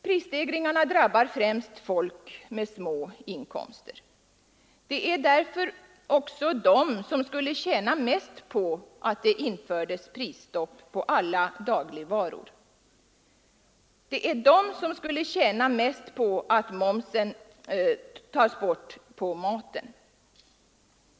Prisstegringarna drabbar främst folk med små inkomster. De är därför också de som skulle tjäna mest på att det infördes prisstopp på alla dagligvaror. Det är de som skulle tjäna mest på att momsen tas bort på maten.